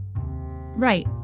Right